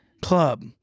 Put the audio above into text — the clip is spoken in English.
Club